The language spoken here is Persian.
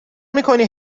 میکنی